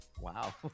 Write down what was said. Wow